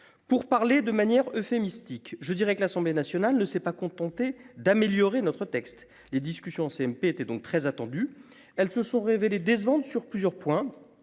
pour parler de manière Hefei mystique je dirais que l'Assemblée nationale ne s'est pas contenté d'améliorer notre texte les discussions CMP était donc très attendue. Elles se sont révélées décevantes sur plusieurs points,